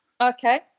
Okay